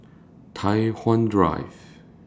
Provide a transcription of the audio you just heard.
Tai Hwan Drive